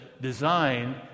design